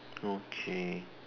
okay